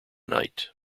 night